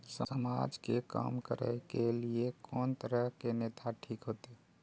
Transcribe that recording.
समाज के काम करें के ली ये कोन तरह के नेता ठीक होते?